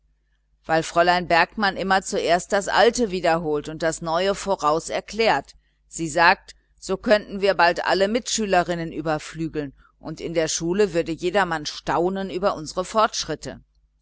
weil fräulein bergmann immer zuerst das alte wiederholt und das neue voraus erklärt sie sagt so könnten wir bald alle mitschülerinnen überflügeln und in der schule würde jedermann staunen über unsere fortschritte